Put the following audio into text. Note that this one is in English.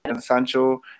Sancho